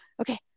Okay